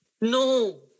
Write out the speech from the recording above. No